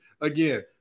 again